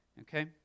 okay